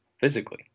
physically